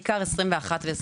בעיקר שנים 2021-2022,